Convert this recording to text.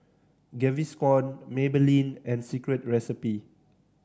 Gaviscon Maybelline and Secret Recipe